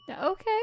okay